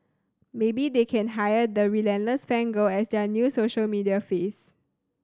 maybe they can hire the relentless fan girl as their new social media face